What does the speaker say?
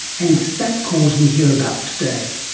and it's that cause we hear about today.